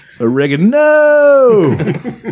Oregano